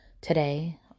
today